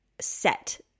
set